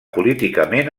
políticament